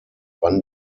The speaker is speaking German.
wann